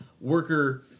worker